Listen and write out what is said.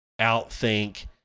outthink